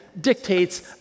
dictates